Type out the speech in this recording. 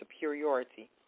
superiority